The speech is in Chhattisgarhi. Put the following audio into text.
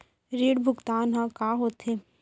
ऋण भुगतान ह का होथे?